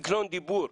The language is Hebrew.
סגנון דיבור.